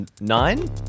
nine